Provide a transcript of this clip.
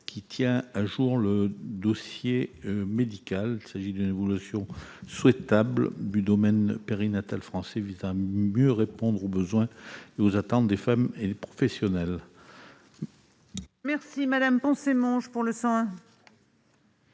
qui tiendra à jour le dossier médical. Il s'agit d'une évolution souhaitable du modèle périnatal français, visant à mieux répondre aux besoins et aux attentes des femmes et des professionnels. L'amendement n° 101,